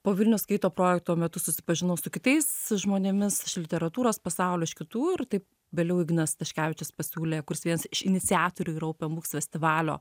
po vilnių skaito projekto metu susipažinau su kitais žmonėmis iš literatūros pasaulio iš kitų ir taip vėliau ignas staškevičius pasiūlė kuris vienas iš iniciatorių yra oupen buks festivalio